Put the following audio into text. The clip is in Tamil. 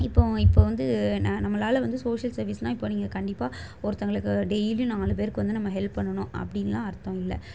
இப்போது இப்போது வந்து ந நம்மளால் வந்து சோஷியல் சர்வீஸெலாம் இப்போ நீங்கள் கண்டிப்பாக ஒருத்தவர்களுக்கு டெய்லியும் நாலு பேருக்கு வந்து நம்ம ஹெல்ப் பண்ணணும் அப்படின்லாம் அர்த்தம் இல்லை